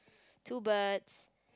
too bad